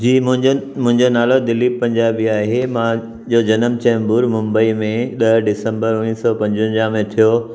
जी मुंजनि मुंहिंजो नालो दीलीप पंजाबी आहे मांजो जनमु चैंबुर मुंबई में ॾह दिसंबर उणिवीह सौ पंजवंजाहु में थियो